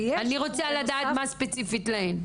אני רוצה לדעת מה ספציפית להם?